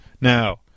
Now